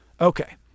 Okay